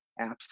apps